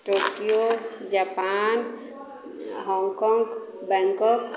Tokyo Japan Hong Kong Bangkok